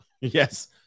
Yes